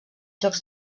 jocs